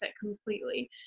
completely